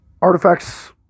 artifacts